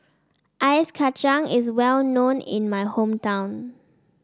Ice Kachang is well known in my hometown